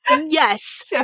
yes